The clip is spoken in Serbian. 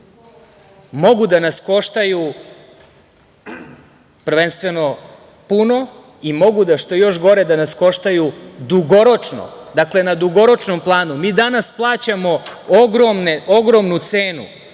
mogu da nas koštaju prvenstveno puno i mogu da, što je još gore, da nas koštaju dugoročno, dakle na dugoročnom planu. Mi danas plaćamo ogromnu cenu